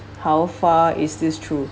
how far is this true